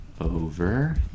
Over